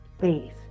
faith